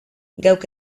geuk